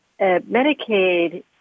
Medicaid